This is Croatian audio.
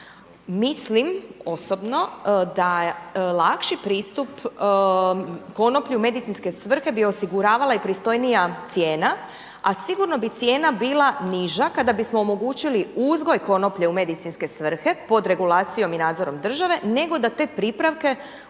Mislim osobno da je lakši pristup konoplji u medicinske svrhe bi osiguravala i pristojnija cijena, a sigurno bi cijena bila niža kada bismo omogućili uzgoj konoplje u medicinske svrhe pod regulacijom i nadzorom države, nego da te pripravke uvozimo